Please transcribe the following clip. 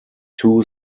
two